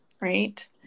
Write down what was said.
right